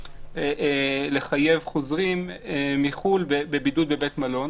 לחייב חוזרים מחו"ל בבידוד בבית מלון,